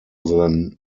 than